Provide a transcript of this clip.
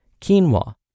quinoa